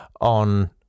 on